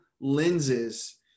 lenses